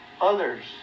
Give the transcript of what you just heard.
others